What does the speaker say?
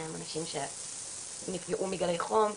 אנשים שנפגעו מגלי חום.